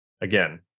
again